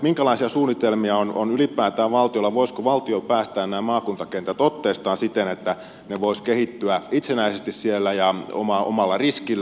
minkälaisia suunnitelmia on ylipäätään valtiolla voisiko valtio päästää nämä maakuntakentät otteestaan siten että ne voisivat kehittyä itsenäisesti siellä omalla riskillä